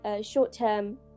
short-term